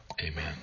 Amen